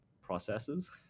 processes